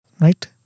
right